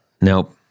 Nope